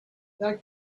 that